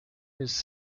his